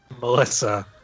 Melissa